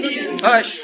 hush